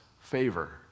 favor